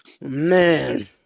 Man